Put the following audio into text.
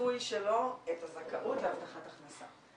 במיצוי שלו את הזכאות להבטחת הכנסה.